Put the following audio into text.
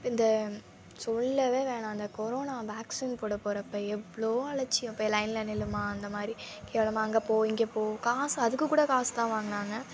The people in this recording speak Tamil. இப்போ இந்த சொல்லவே வேணாம் இந்த கொரோனா வேக்சின் போட போறப்போ எவ்வளோ அலட்சியம் போய் லைனில் நில்லும்மா அந்த மாதிரி கேவலமாக அங்கே போ இங்கே போ காசு அதுக்கு கூட காசு தான் வாங்குனாங்க